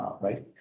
right